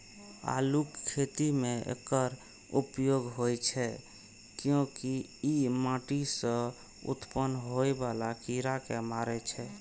आलूक खेती मे एकर उपयोग होइ छै, कियैकि ई माटि सं उत्पन्न होइ बला कीड़ा कें मारै छै